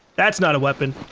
that's not a weapon.